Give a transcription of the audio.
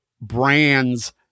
brands